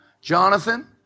Jonathan